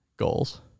Goals